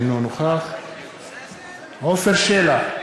אינו נוכח עפר שלח,